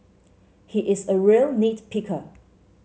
he is a real nit picker